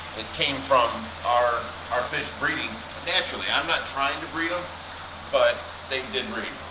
it came from our our fish breeding naturally. i'm not trying to breed them but they did breed.